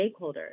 stakeholders